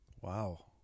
Wow